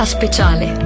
speciale